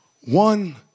one